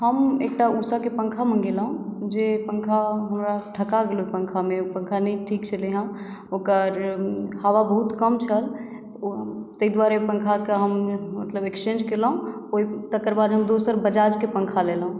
हम एकटा उषा के पॅंखा मंगेलहुॅं जे पॅंखा हमरा ठका गेलहुॅं ओहि पॅंखा मे पॅंखा नहि ठीक छलैहन ओकर हवा बहुत कम छल ताहि दुआरे पॅंखा के हम मतलब एक्सचेंज केलहुॅं तकर बाद हम दोसर बजाज के पॅंखा लेलहुॅं जे पॅंखा